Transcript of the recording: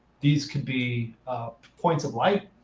these could be points of light.